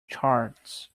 charts